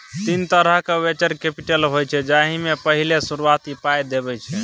तीन तरहक venture capital होइ छै जाहि मे पहिल शुरुआती पाइ देब छै